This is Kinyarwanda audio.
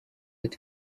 ati